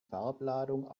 farbladung